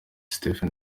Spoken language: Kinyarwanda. stephen